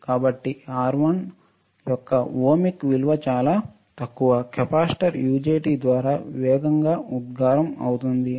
కాబట్టి R1 యొక్క ohmic విలువ చాలా తక్కువ కెపాసిటర్ యుజెటి ద్వారా వేగంగా ఉత్సర్గం అవుతుంది